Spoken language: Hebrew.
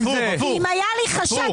כי אם היה לי חשד,